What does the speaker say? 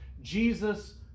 Jesus